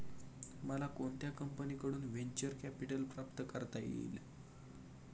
मला कोणत्या कंपनीकडून व्हेंचर कॅपिटल प्राप्त करता येईल?